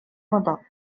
motor